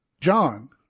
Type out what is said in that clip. John